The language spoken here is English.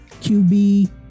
QB